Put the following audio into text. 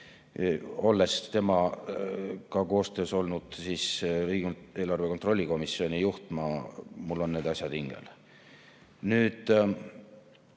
Olles temaga koostöös olnud siis riigieelarve kontrolli komisjoni juht, mul on need asjad hingel. Nüüd,